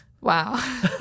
wow